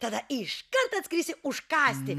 tada iškart atskrisiu užkąsti